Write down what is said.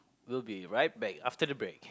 we'll be right back after the break